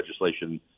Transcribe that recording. legislation